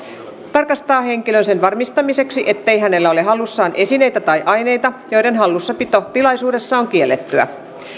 tarkastaa henkilön sen varmistamiseksi ettei hänellä ole hallussaan esineitä tai aineita joiden hallussapito tilaisuudessa on kiellettyä